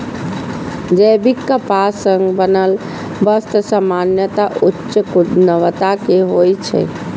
जैविक कपास सं बनल वस्त्र सामान्यतः उच्च गुणवत्ता के होइ छै